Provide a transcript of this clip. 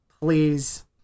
Please